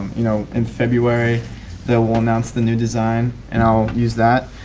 you know in february they will announce the new design and i'll use that.